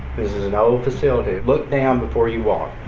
an old facility look down before you walk,